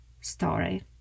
story